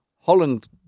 Holland